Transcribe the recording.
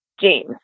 James